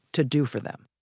to do for them